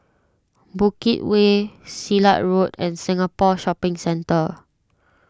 Bukit Way Silat Road and Singapore Shopping Centre